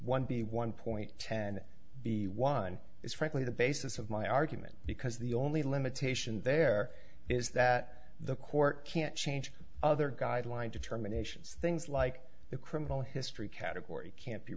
b one point ten b one is frankly the basis of my argument because the only limitation there is that the court can't change other guideline determinations things like the criminal history category can't be